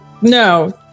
No